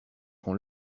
qu’on